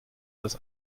das